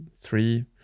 three-